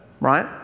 right